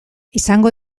izango